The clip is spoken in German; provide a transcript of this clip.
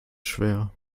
schwer